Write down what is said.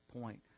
point